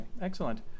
excellent